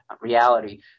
reality